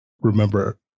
remember